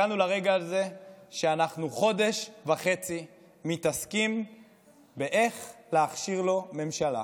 הגענו לרגע הזה שאנחנו חודש וחצי מתעסקים באיך להכשיר לו ממשלה,